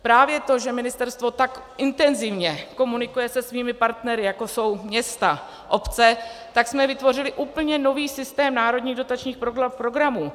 Právě to, že ministerstvo tak intenzivně komunikuje se svými partnery, jako jsou města a obce, tak jsme vytvořili úplně nový systém národních dotačních programů.